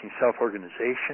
self-organization